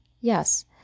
Yes